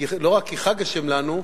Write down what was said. לא רק כי חג השם לנו,